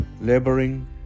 laboring